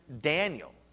Daniel